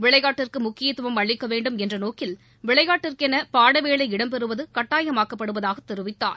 விளையாட்டிற்கு முக்கியத்துவம் அளிக்க வேண்டும் என்ற நோக்கில் விளையாட்டிற்கென பாடவேளை இடம்பெறுவது கட்டாயமாக்கப்படுவதாக தெரிவித்தார்